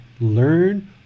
learn